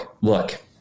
look